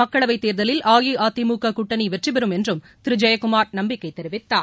மக்களவைத் தேர்தலில் அஇஅதிமுக கூட்டணி வெற்றி பெறும் என்றும் திரு ஜெயக்குமார் நம்பிக்கை தெரிவித்தார்